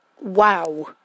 Wow